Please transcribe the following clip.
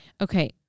Okay